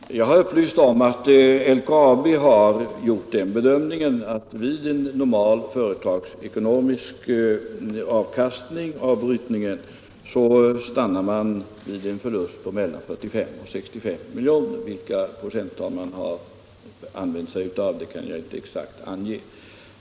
Herr talman! Jag har upplyst om att LKAB har gjort den bedömningen att vid en normal företagsekonomisk avkastning av brytningen stannar förlusten vid mellan 45 och 65 miljoner. Vilka procenttal för förräntningen man har använt kan jag inte exakt ange.